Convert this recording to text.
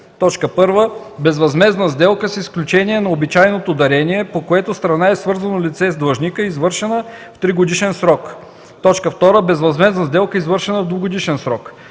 1. безвъзмездна сделка, с изключение на обичайното дарение, по която страна е свързано лице с длъжника, извършена в тригодишен срок; 2. безвъзмездна сделка, извършена в двугодишен срок;